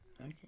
Okay